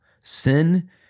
sin